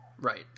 Right